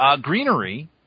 greenery